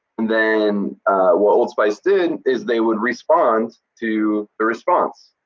um then what old spice did is they would respond to the response,